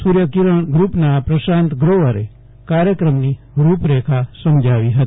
સૂર્ય કિરણના group captain Prashant ગ્રોવરે કાર્યક્રમની રૂપરેખા સમજાવી હતી